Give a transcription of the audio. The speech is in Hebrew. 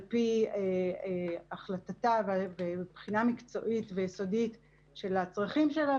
על פי החלטה ובחינה מקצועית ויסודית של הצרכים שלה,